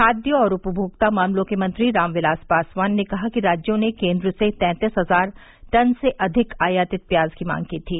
खाद्य और उपमोक्ता मामलों के मंत्री राम विलास पासवान ने कहा कि राज्यों ने केंद्र से तैंतीस हजार टन से अधिक आयातित प्याज की मांग की थी